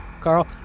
Carl